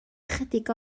ychydig